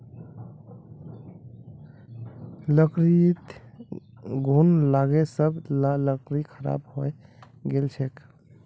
लकड़ीत घुन लागे सब ला लकड़ी खराब हइ गेल छेक